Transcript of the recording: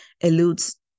eludes